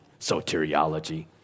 soteriology